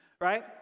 right